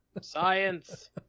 science